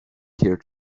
here